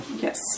Yes